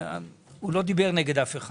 הוא לא דיבר נגד אף אחד.